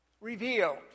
revealed